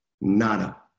nada